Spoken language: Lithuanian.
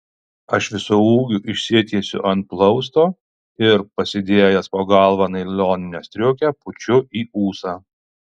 aš visu ūgiu išsitiesiu ant plausto ir pasidėjęs po galva nailoninę striukę pučiu į ūsą